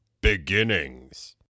Beginnings